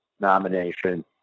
nomination